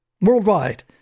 worldwide